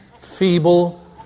feeble